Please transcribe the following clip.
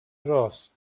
راست